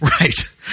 right